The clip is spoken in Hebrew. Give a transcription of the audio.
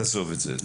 תעזוב את זה.